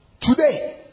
Today